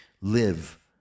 live